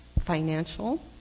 financial